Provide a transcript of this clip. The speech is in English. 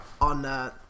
on